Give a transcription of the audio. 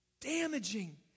damaging